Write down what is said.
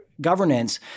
governance